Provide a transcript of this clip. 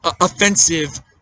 offensive